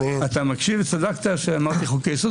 אתה מקשיב וצדקת שאמרתי "חוקי יסוד".